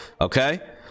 okay